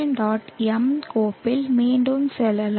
m கோப்பில் மீண்டும் செல்லலாம்